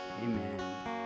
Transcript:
Amen